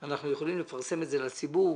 אנחנו יכולים לפרסם את זה לציבור.